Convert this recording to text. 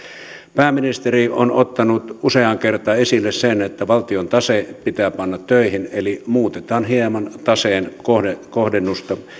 pääministeri on ottanut useaan kertaan esille sen että valtion tase pitää panna töihin eli muutetaan hieman taseen kohdennusta kohdennusta